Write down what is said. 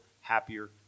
happier